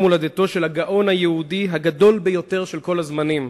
הולדתו של הגאון היהודי הגדול ביותר של כל הזמנים,